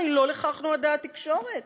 הרי לא לכך נועדה התקשורת.